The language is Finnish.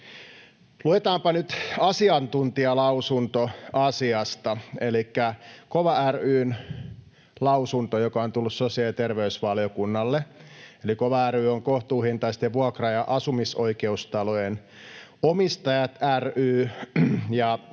Luetaanpa nyt asiantuntijalausunto asiasta elikkä KOVA ry:n lausunto, joka on tullut sosiaali- ja terveysvaliokunnalle. Eli KOVA ry on Kohtuuhintaisten vuokra- ja asumisoikeustalojen omistajat ry,